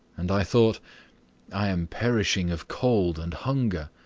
and i thought i am perishing of cold and hunger,